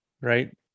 Right